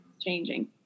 changing